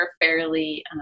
fairly